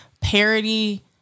parody